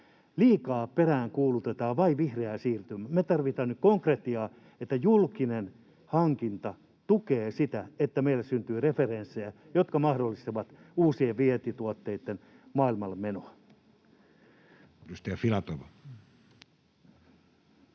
Liikaa peräänkuulutetaan vain vihreää siirtymää, mutta me tarvitaan konkretiaa, että julkinen hankinta tukee sitä, että meille syntyy referenssejä, jotka mahdollistavat uusien vientituotteitten maailmalle menoa. [Speech 67]